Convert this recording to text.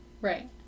Right